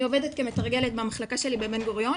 אני עובדת כמתרגלת במחלקה שלי "בבן גוריון"